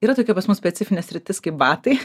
yra tokia pas mus specifinė sritis kaip batai